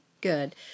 good